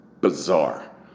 bizarre